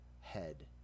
head